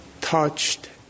touched